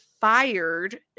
fired